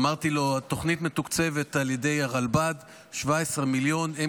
אמרתי לו התוכנית מתוקצבת על ידי הרלב"ד ב-17 מיליון שקלים.